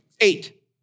Eight